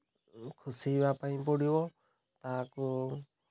ଖସେଇବାକୁ ପାଇଁ ପଡ଼ିବ ତାହାକୁ